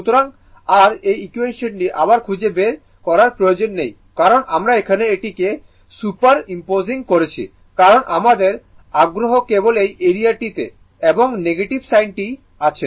সুতরাং r এই ইকুয়েশনটি আবার খুঁজে বের করার প্রয়োজন নেই কারণ আমরা এখানে এটি কে সুপার ইমপোসিং করছি কারণ আমাদের আগ্রহ কেবল এই এরিয়া টি তে এবং নেগেটিভ সাইন টি তে আছে